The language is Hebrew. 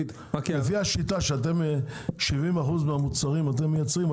לפי השיטה שאתם מייצרים 70% מהמוצרים,